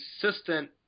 consistent